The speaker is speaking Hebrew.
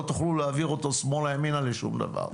לא תוכלו להעביר אותו ששמאלה ימינה לשום דבר.